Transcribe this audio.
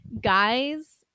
guys